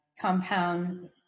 compound